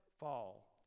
fall